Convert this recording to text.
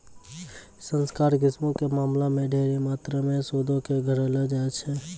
संकर किस्मो के मामला मे ढेरी मात्रामे सूदो के घुरैलो जाय छै